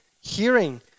hearing